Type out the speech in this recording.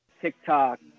TikTok